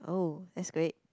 oh that's great